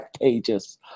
pages